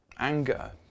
Anger